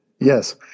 Yes